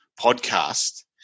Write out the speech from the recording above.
podcast